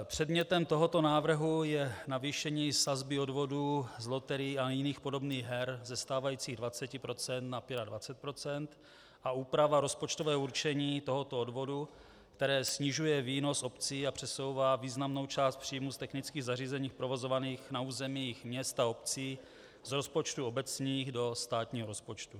Předmětem tohoto návrhu je navýšení sazby odvodů z loterií a jiných podobných her ze stávajících 20 % na 25 % a úprava rozpočtového určení tohoto odvodu, které snižuje výnos obcí a přesouvá významnou část příjmů z technických zařízení provozovaných na území měst a obcí z rozpočtů obecních do státního rozpočtu.